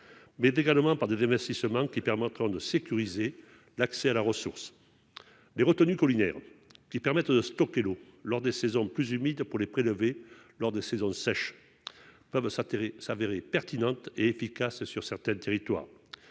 mais également par des investissements permettant de sécuriser l'accès à la ressource. Les retenues collinaires, qui permettent de stocker l'eau lors des saisons plus humides pour la prélever lors des saisons sèches, peuvent s'avérer pertinentes et efficaces dans certains territoires.